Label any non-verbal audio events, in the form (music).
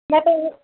(unintelligible)